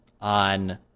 on